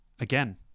again